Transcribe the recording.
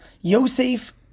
Yosef